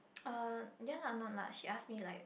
uh ya lah not lah she ask me like